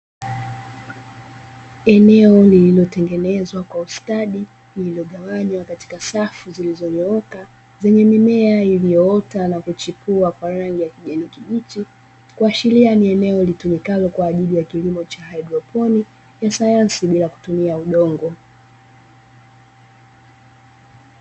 Eneo lililotengenezwa kwa ustadi, lililogawanywa katika safu zilizonyooka, zenye mimea iliyoota na kuchipua kwa rangi ya kijani kibichi. Kuashiria ni eneo linalotumikalo kwa ajili ya kilimo cha haidroponi ya sayansi bila kutumia udongo.